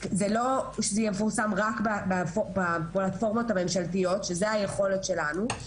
זה לא שזה יפורסם רק בפלטפורמות הממשלתיות שזו היכולת שלנו,